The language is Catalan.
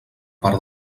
part